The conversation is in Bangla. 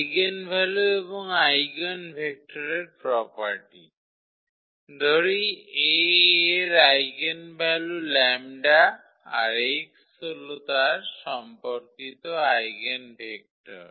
আইগেনভ্যালু এবং আইগেভেক্টরের প্রোপার্টিঃ ধরি A এর আইগেনভ্যালু λ আর x হল তার সম্পর্কিত আইগেনভেক্টর